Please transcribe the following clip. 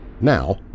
Now